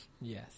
yes